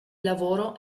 lavoro